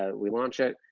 ah we launch it.